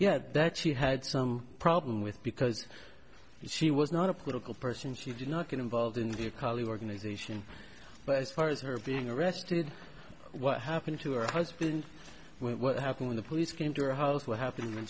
yet that she had some problem with because she was not a political person she did not get involved in the akali organization but as far as her being arrested what happened to her husband what happened when the police came to her house what happen